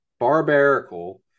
Barbarical